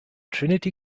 trinity